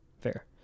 Fair